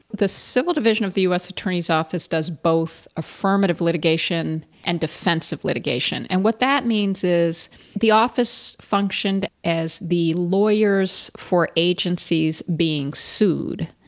the civil division of the us attorney's office does both affirmative litigation and defensive litigation. and what that means is the office functioned as the lawyers for agencies being sued,